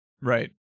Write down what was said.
Right